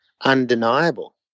undeniable